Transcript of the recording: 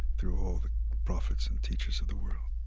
through all the prophets and teachers of the world